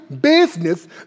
business